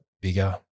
bigger